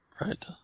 Right